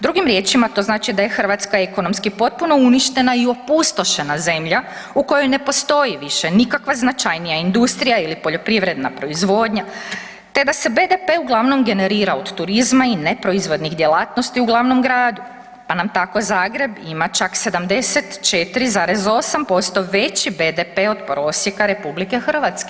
Drugim riječima, to znači da je Hrvatska ekonomski potpuno uništena i opustošena zemlja u kojoj ne postoji više nikakva značajnija industrija ili poljoprivredna proizvodnja te da se BDP uglavnom generira od turizma i neproizvodnih djelatnosti u glavnom gradu, pa nam tako Zagreb ima čak 74,8% veći BDP od prosjeka RH.